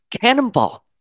Cannonball